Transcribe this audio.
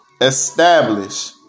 Establish